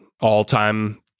all-time